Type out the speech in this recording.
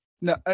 No